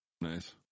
Nice